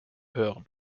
hören